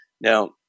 Now